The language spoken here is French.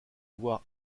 voir